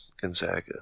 gonzaga